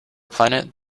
planet